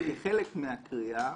כחלק מהקריאה